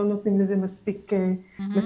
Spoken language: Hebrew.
לא נותנים לזה מספיק מקום.